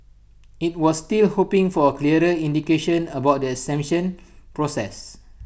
IT was still hoping for A clearer indication about the exemption process